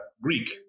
Greek